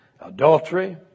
adultery